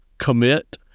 commit